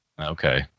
Okay